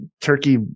turkey